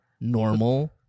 normal